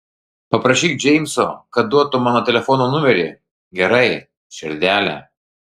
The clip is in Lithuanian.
paprašyk džeimso kad duotų mano telefono numerį gerai širdele